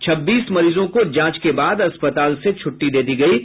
छब्बीस मरीजों को जांच के बाद अस्पताल से छुट्टी दे दी गयी है